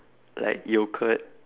like yoghurt